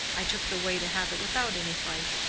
i took the way to have it without any fight.